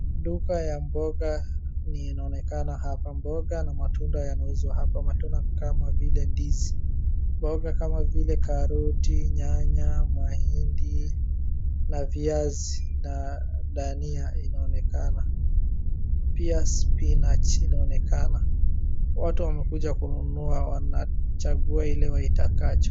Duka ya mboga ni inaonekana hapa, mboga na matunda yanauzwa hapa. Matunda kama vile ndizi, mboga kama vile karoti, nyanya, mahindi na viazi na dhania inaonekana. Pia spinach inaonekana, watu wamekuja kununua, wanachagua ile watakacho.